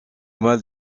mal